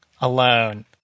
alone